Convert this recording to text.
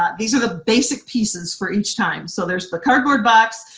ah these are the basic pieces for each time. so there's the cardboard box,